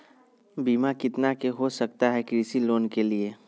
बीमा कितना के हो सकता है कृषि लोन के लिए?